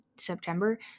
September